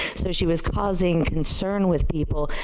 so she was causing concern with people.